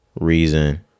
reason